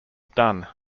done